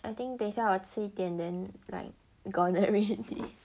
I think 等一下我吃一点 then like gone already